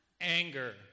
Anger